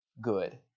good